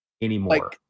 anymore